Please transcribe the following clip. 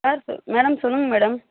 sir சொ madam சொல்லுங்கள் madam